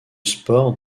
sport